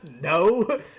No